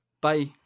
Bye